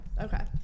Okay